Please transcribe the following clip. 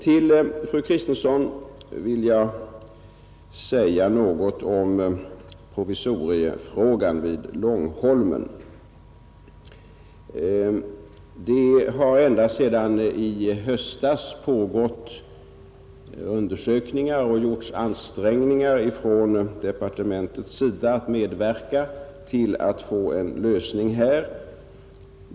Till fru Kristensson vill jag säga något om provisoriefrågan vid Långholmen. Det har ända sedan i höstas pågått undersökningar och gjorts ansträngningar från departementets sida att medverka till att få en lösning av denna fråga.